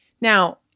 Now